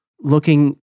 looking